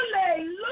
Hallelujah